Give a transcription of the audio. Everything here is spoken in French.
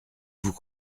vous